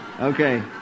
Okay